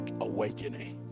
awakening